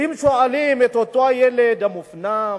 ואם שואלים את אותו הילד המופנם,